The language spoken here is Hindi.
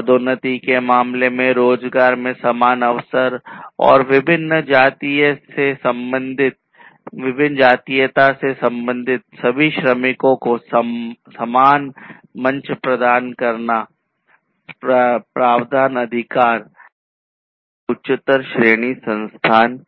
पदोन्नति के मामले में रोजगार में समान अवसर और विभिन्न जातीयता से संबंधित सभी श्रमिकों को समान मंच प्रदान करना प्रावधान अधिकार या उच्चतर श्रेणी स्थान